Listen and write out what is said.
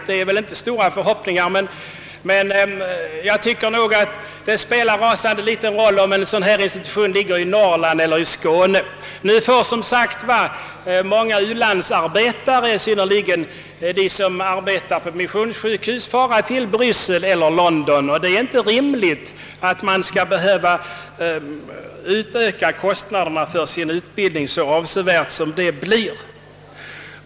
Man kan väl inte hysa stora förhoppningar om det, men nog borde hon kunna förstå att det spelar mycket liten roll, om en dylik skola ligger i Norrland eller i Skåne. Nu måste, som sagt, många ulandsarbetare — i synnerhet de som arbetar på missionssjukhus — fara till Bryssel eller London. Det är inte rimligt att de skall behöva vidkännas en sådan ökning av kostnaderna för sin utbildning.